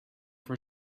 for